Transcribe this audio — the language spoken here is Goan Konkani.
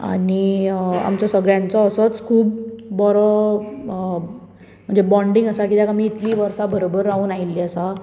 आनी आमचो सगळ्यांचो असोच खूब बरो बॉनडींग आसा कित्याक इतलीं वर्सा आमी बरबर रावून आयिल्लीं आसा